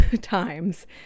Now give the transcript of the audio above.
times